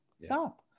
stop